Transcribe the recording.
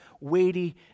weighty